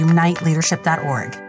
UniteLeadership.org